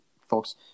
folks